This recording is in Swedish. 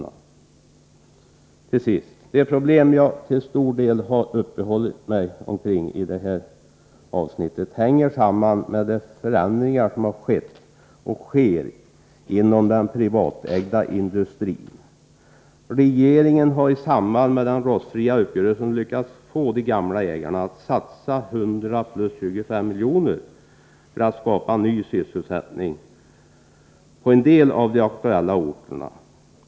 Till sist: De problem jag till stor del har uppehållit mig vid i detta avsnitt hänger samman med de förändringar som har skett och som sker inom den privatägda industrin. Regeringen har i samband med den rostfria uppgörelsen lyckats få de gamla ägarna att satsa 100 milj.kr. plus 25 milj.kr. för att skapa ny sysselsättning på en del av de aktuella orterna.